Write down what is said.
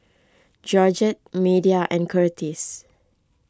Georgette Media and Curtis